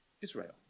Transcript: Israel